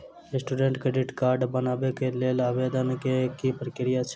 Student credit card बनेबाक लेल आवेदन केँ की प्रक्रिया छै?